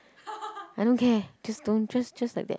I don't care just don't just just like that